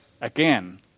Again